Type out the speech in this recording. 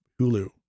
Hulu